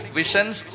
visions